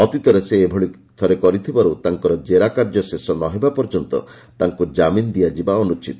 ଅତିତରେ ସେ ଏଭଳି ଥରେ କରିଥିବାରୁ ତାଙ୍କର ଜେରା କାର୍ଯ୍ୟ ଶେଷ ନ ହେବା ପର୍ଯ୍ୟନ୍ତ ତାଙ୍କୁ କାମିନ ଦିଆଯିବା ଅନୁଚିତ